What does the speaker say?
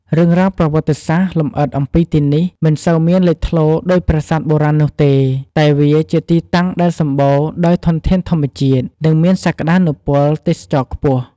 រឿងរ៉ាវប្រវត្តិសាស្ត្រលម្អិតអំពីទីនេះមិនសូវមានលេចធ្លោដូចប្រាសាទបុរាណនោះទេ តែវាជាទីតាំងដែលសម្បូរដោយធនធានធម្មជាតិ និងមានសក្តានុពលទេសចរណ៍ខ្ពស់។